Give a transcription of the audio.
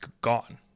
gone